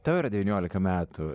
tau yra devyniolika metų